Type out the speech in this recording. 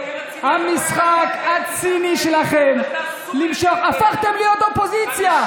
המשחק הציני שלכם, הפכתם להיות אופוזיציה.